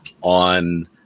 on